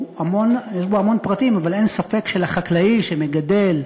שיש בו המון פרטים אבל אין ספק שלחקלאי שמגדל,